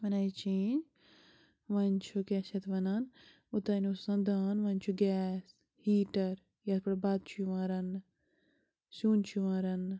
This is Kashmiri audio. وۄنۍ آیہِ چینٛج وۄنۍ چھُ کیٛاہ چھِ اَتھ وَنان اوٚتانۍ اوس آسان دان وۄنۍ چھُ گیس ہیٖٹَر ییٚتھ پٮ۪ٹھ بَتہٕ چھُ یِوان رَننہٕ سیٛن چھُ یِوان رَننہٕ